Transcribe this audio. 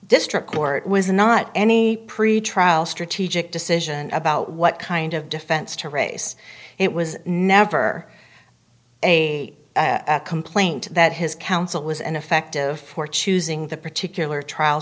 district court was not any pretrial strategic decision about what kind of defense to race it was never a complaint that his counsel was an effective for choosing the particular trial